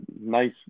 nice